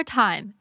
time